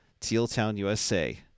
tealtownusa